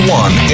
one